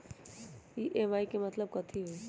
EMI के मतलब कथी होई?